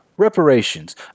Reparations